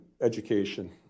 education